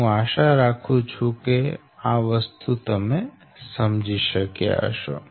હું આશા રાખું છું કે આ સરળ વસ્તુ તમે સમજી શક્યા હશો